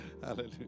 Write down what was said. Hallelujah